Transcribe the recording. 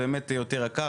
זה באמת יותר יקר,